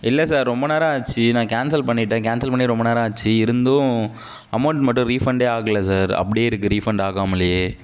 இல்லை சார் ரொம்ப நேரம் ஆச்சு நான் கேன்சல் பண்ணிவிட்டேன் கேன்சல் பண்ணி ரொம்ப நேரம் ஆச்சி இருந்தும் அமௌண்ட் மட்டும் ரீஃபண்டே ஆகலை சார் அப்படியே இருக்கு ரீஃபண்ட் ஆகாமலையே